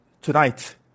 tonight